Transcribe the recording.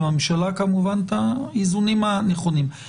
הממשלה כמובן את האיזונים הנכונים.